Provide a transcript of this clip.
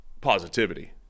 positivity